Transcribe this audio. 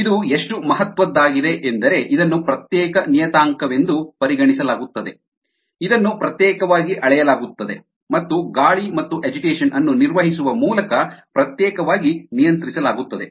ಇದು ಎಷ್ಟು ಮಹತ್ವದ್ದಾಗಿದೆ ಎಂದರೆ ಇದನ್ನು ಪ್ರತ್ಯೇಕ ನಿಯತಾಂಕವೆಂದು ಪರಿಗಣಿಸಲಾಗುತ್ತದೆ ಇದನ್ನು ಪ್ರತ್ಯೇಕವಾಗಿ ಅಳೆಯಲಾಗುತ್ತದೆ ಮತ್ತು ಗಾಳಿ ಮತ್ತು ಅಜಿಟೇಷನ್ ಅನ್ನು ನಿರ್ವಹಿಸುವ ಮೂಲಕ ಪ್ರತ್ಯೇಕವಾಗಿ ನಿಯಂತ್ರಿಸಲಾಗುತ್ತದೆ